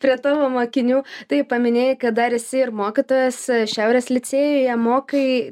prie tavo mokinių tai paminėjai kad dar esi ir mokytojas šiaurės licėjuje mokai